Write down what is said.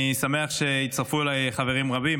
אני שמח שהצטרפו אליי חברים רבים,